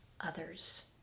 others